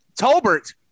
Tolbert